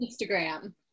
Instagram